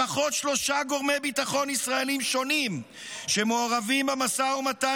לפחות שלושה גורמי ביטחון ישראליים שונים שמעורבים במשא ומתן